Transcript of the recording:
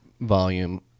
volume